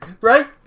right